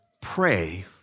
pray